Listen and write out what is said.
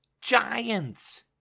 giants